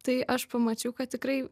tai aš pamačiau kad tikrai